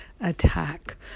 attack